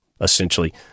essentially